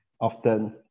often